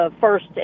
first